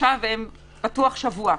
עכשיו מערכת החינוך פתוחה שבוע.